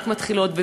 רק מתחילות,